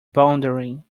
bouldering